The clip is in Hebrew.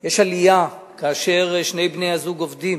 שיש עלייה, כאשר שני בני-הזוג עובדים